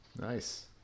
Nice